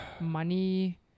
money